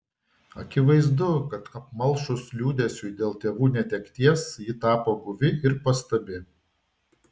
akivaizdu kad apmalšus liūdesiui dėl tėvų netekties ji tapo guvi ir pastabi